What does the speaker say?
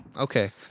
Okay